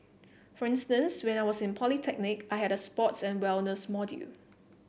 for instance when I was in polytechnic I had a sports and wellness module